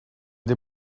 des